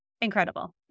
incredible